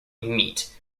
meet